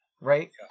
right